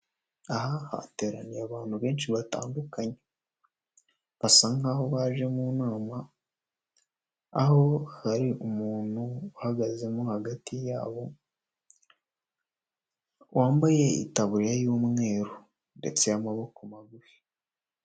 Aha hateraniye abantu benshi batandukanye, basa nk'aho baje mu nama aho hari umuntu uhagaze mo hagati yabo wambaye itaburiya y'umweru ndetse y'amaboko magufi.